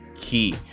key